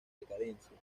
decadencia